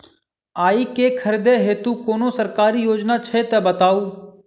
आइ केँ खरीदै हेतु कोनो सरकारी योजना छै तऽ बताउ?